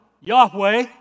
Yahweh